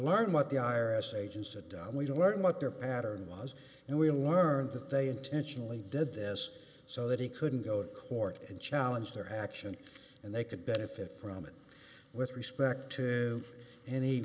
learned what the i r s agents that we don't learn what their pattern was and we learned that they intentionally did this so that he couldn't go to court and challenge their action and they could benefit from it with respect to any